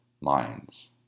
minds